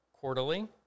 quarterly